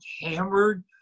hammered